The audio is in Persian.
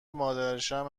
مادرشم